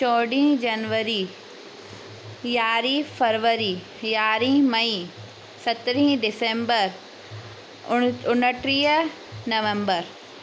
चोॾहं जनवरी यारहं फरवरी यारहं मई सत्रहं डिसंबर उण उणट्रीह नवंबर